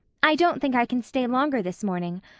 i don't think i can stay longer this morning.